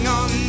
on